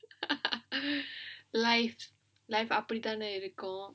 life life அப்பிடி தானே இருக்கும்:appidi thaanae irukkum